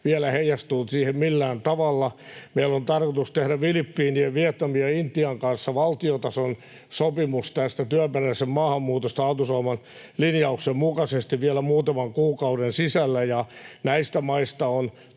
vielä heijastunut siihen millään tavalla. Meillä on tarkoitus tehdä Filippiinien, Vietnamin ja Intian kanssa valtiotason sopimus tästä työperäisestä maahanmuutosta hallitusohjelman linjauksen mukaisesti vielä muutaman kuukauden sisällä, ja näistä maista on